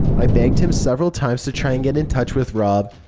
i begged him several times to try and get in touch with rob.